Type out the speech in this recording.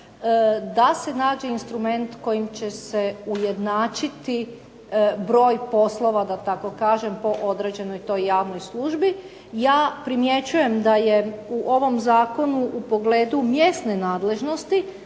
da se nađe instrument kojim će se ujednačiti broj poslova, da tako kažem, po određenoj toj javnoj službi. Ja primjećujem da je u ovom zakonu u pogledu mjesne nadležnosti